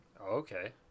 Okay